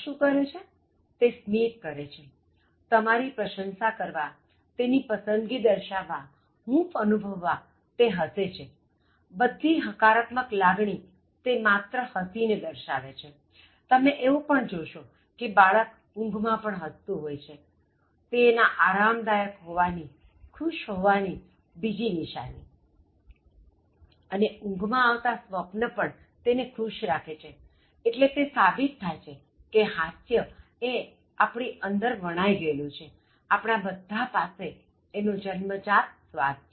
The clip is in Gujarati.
તે સ્મિત કરે છે તમારી પ્રશંસા કરવા તેની પસંદગી દર્શાવવા હૂંફ અનુભવવા તે હસે છે બધી હકારાત્મક લાગણી તે માત્ર હસીને દર્શાવે છે તમે એવું પણ જોશો કે બાળક ઉંઘ માં પણ હસતું હોય છે તે એના આરામદાયક હોવા ની ખુશ હોવાની બીજી નિશાની અને ઉંઘ માં આવતા સ્વપ્ન પણ તેને ખુશ રાખે છેએટલે તે સાબિત થાય છે કે હાસ્ય એ આપણી અંદર વણાઇ ગયેલુંછે આપણા બધા પાસે એનો જન્મજાત સ્વાદ છે